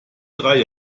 drei